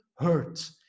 hurt